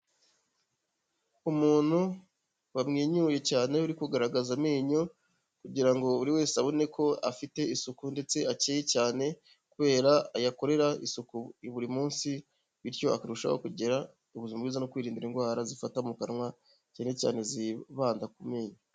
Umuntu wamwenyuye cyane, uri kugaragaza amenyo kugira ngo buri wese abone ko afite isuku ndetse akeye cyane kubera ayakorera isuku buri munsi, bityo akarushaho kugira ubuzima bwiza no kwirinda indwara zifata mu kanwa cyane cyane zibanda ku menyo.